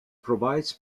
provides